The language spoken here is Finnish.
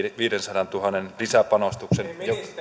viidensadantuhannen lisäpanostuksen